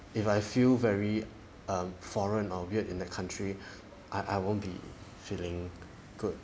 if I feel very um foreign or weird in the country I I won't be feeling good